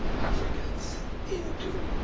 africans into